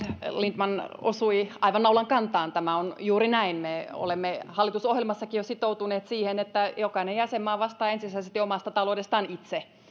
lindtman osui aivan naulan kantaan tämä on juuri näin me olemme hallitusohjelmassakin jo sitoutuneet siihen että jokainen jäsenmaa vastaa ensisijaisesti omasta taloudestaan itse